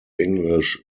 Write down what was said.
english